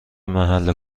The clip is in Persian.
محل